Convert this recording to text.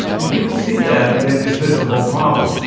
and people see that and they dismiss the whole problem.